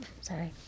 Sorry